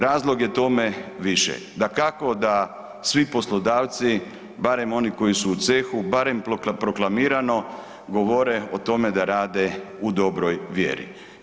Razlog je tome više, dakako da svi poslodavci, barem oni koji su u cehu, barem proklamirano, govore o tome da rade u dobroj vjeri.